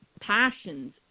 passions